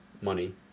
money